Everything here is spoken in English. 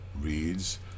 reads